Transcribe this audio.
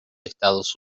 estados